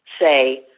say